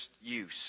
use